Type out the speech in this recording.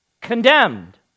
condemned